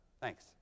Thanks